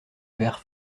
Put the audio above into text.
vert